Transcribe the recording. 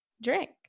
drink